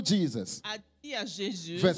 Jesus